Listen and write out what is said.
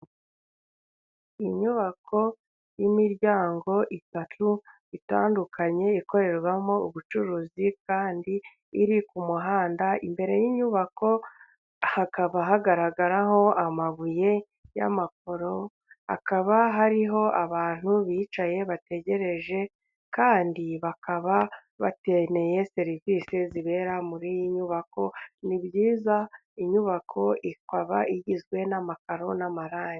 Inyubako y'imiryango itatu itandukanye ikorerwamo ubucurukuzi kandi iri ku muhanda, imbere y'inyubako hakaba hagaragaraho amabuye y'amakoro, hakaba hariho abantu bicaye bategereje, kandi bakaba bakeneye serivise zibera muri iyi nyubako, ni byiza inyubako ikaba igizwe n'amakaro n'amarangi.